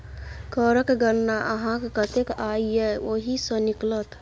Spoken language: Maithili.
करक गणना अहाँक कतेक आय यै ओहि सँ निकलत